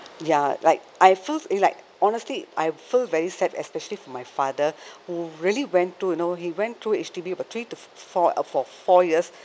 ya like I feel it's like honestly I feel very sad especially for my father who really went to you know he went through H_D_B for three to four uh for four years